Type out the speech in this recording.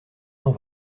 cent